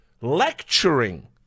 Lecturing